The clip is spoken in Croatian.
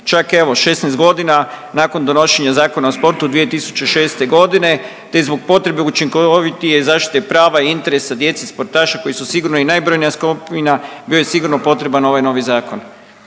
čak evo 16.g. nakon donošenja Zakona o sportu 2006.g., te zbog potrebe učinkovitije zaštite prava i interesa djece sportaša koji su sigurno i najbrojnija skupina bio je sigurno potreban ovaj novi zakon.